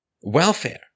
welfare